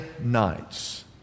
nights